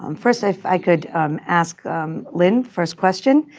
um first, if i could ask lynn first question.